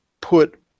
put